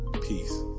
Peace